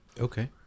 Okay